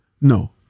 No